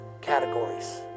categories